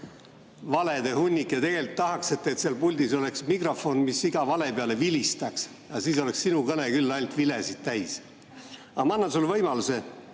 valede hunnik, ja tegelikult tahaks, et seal puldis oleks mikrofon, mis iga vale peale vilistaks. Siis oleks sinu kõne küll ainult vilesid täis. Aga ma annan sulle võimaluse.